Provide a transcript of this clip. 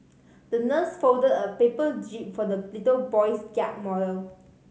the nurse folded a paper jib for the little boy's yacht model